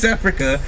Africa